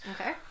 okay